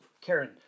Karen